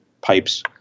pipes